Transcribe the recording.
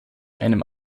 einem